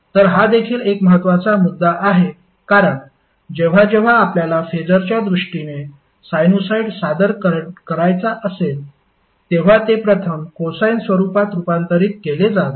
तर हा देखील एक महत्त्वाचा मुद्दा आहे कारण जेव्हा जेव्हा आपल्याला फेसरच्या दृष्टीने साइनुसॉईड सादर करायचा असेल तेव्हा ते प्रथम कोसाइन स्वरूपात रूपांतरित केले जावे